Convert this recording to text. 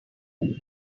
must